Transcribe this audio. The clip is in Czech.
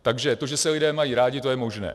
Takže to, že se lidé mají rádi, to je možné.